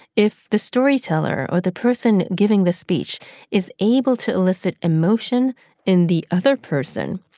if the storyteller or the person giving the speech is able to elicit emotion in the other person,